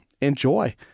enjoy